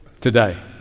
today